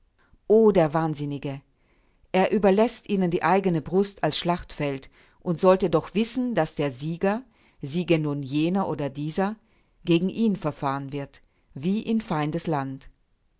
der wahnsinnige er überläßt ihnen die eigene brust als schlachtfeld und sollte doch wissen daß der sieger siege nun jener oder dieser gegen ihn verfahren wird wie in feindes